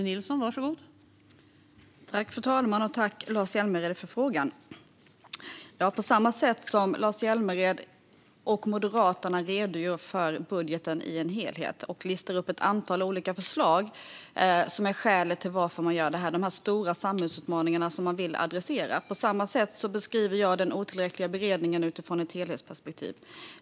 Fru talman! Jag tackar Lars Hjälmered för frågan. På samma sätt som Lars Hjälmered och Moderaterna redogör för budgeten i en helhet och listar ett antal olika förslag som skälet till att de gör detta - de stora samhällsutmaningar som de vill adressera - beskriver jag den otillräckliga beredningen utifrån ett helhetsperspektiv.